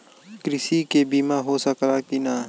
कृषि के बिमा हो सकला की ना?